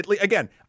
Again